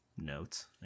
Notes